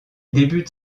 débute